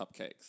cupcakes